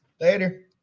Later